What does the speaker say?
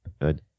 good